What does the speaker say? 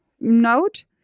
note